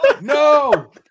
no